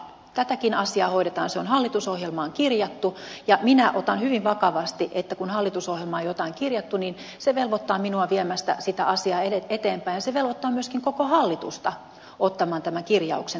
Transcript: tätäkin asiaa hoidetaan se on hallitusohjelmaan kirjattu ja minä otan hyvin vakavasti että kun hallitusohjelmaan jotain on kirjattu niin se velvoittaa minua viemään sitä asiaa eteenpäin ja se velvoittaa myöskin koko hallitusta ottamaan tämän kirjauksen tosissaan